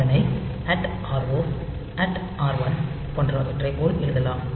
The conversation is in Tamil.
அதனை R0 R1 போன்றவற்றைப் போல் எழுதலாம்